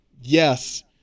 yes